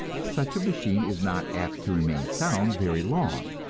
such a machine is not apt to remain sound very long.